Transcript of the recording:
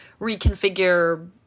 reconfigure